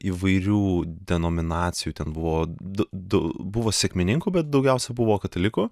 įvairių denominacijų ten buvo du du buvo sekmininkų bet daugiausiai buvo katalikų